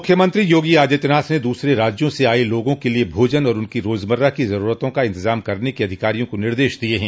मुख्यमंत्री योगी आदित्यनाथ ने दूसरे राज्यों से आये लोगों के लिये भोजन और उनकी रोजमर्रा की जरूरतों का इंतजाम करने के अधिकारियों को निर्देश दिये है